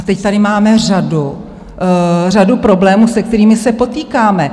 Teď tady máme řadu problémů, se kterými se potýkáme.